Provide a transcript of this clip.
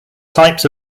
types